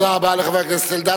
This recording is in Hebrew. תודה רבה לחבר הכנסת אלדד.